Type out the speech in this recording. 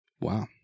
Wow